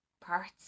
parts